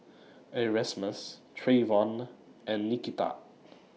Erasmus Treyvon and Nikita